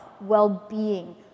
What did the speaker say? well-being